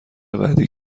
بعدی